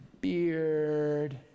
beard